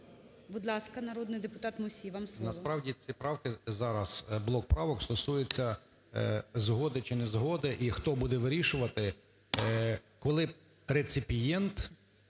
Будь ласка, народний депутат Мусій, вам слово. 13:28:09 МУСІЙ О.С. Насправді, ці правки зараз, блок правок, стосується згоди, чи незгоди, і хто буде вирішувати, коли реципієнт